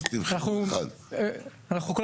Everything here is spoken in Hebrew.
אז קודם כל